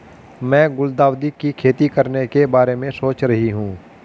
मैं गुलदाउदी की खेती करने के बारे में सोच रही हूं